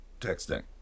Texting